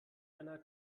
einer